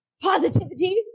positivity